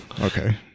Okay